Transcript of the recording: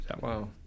wow